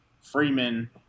Freeman